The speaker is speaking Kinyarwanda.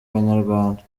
banyarwanda